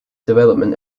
development